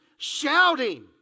shouting